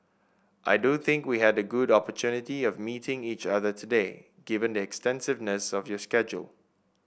I do think we had the good opportunity of meeting each other today given the extensiveness of your schedule